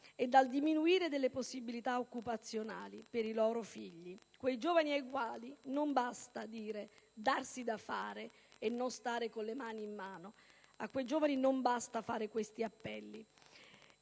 e dal diminuire delle possibilità occupazionali per i loro figli, quei giovani ai quali non basta dire di darsi da fare e di non stare con le mani in mano. A quei giovani non basta fare questi appelli!